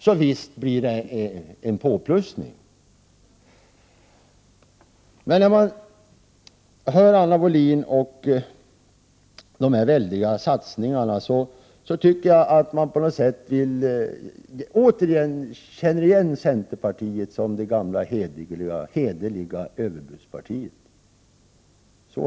Så visst blir det en påplussning. När man hör Anna Wohlin-Andersson tala om dessa väldiga satsningar, tycker jag att man på något sätt känner igen centerpartiet som det gamla hederliga överbudspartiet.